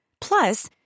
Plus